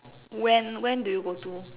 when when do you go to